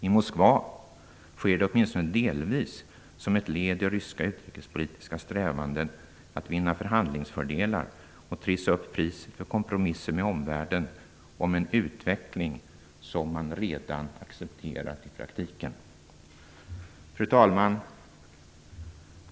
I Moskva sker det åtminstone delvis som ett led i ryska utrikespolitiska strävanden att vinna förhandlingsfördelar och att trissa upp priset för kompromisser med omvärlden om en utveckling som man i praktiken redan har accepterat. Fru talman!